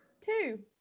Two